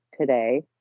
today